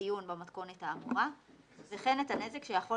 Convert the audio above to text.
הדיון במתכונת האמורה וכן את הנזק שיכול